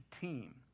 team